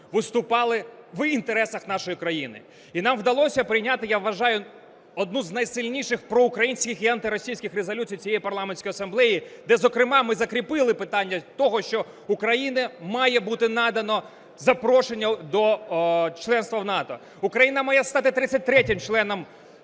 виступали в інтересах нашої країни. І нам вдалося прийняти, я вважаю, одну з найсильніших проукраїнських і антиросійських резолюцій цієї Парламентської асамблеї, де, зокрема, ми закріпили питання того, що Україні має бути надано запрошення до членства в НАТО, Україна має стати 33 членом